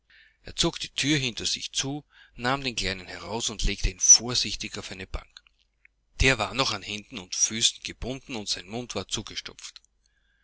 er zog die tür hinter sich zu nahm den kleinen heraus und legte ihn vorsichtig auf eine bank der war noch an händen und füßen gebundenundseinmundwarzugestopft hörejetzt wasichsage